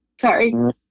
Sorry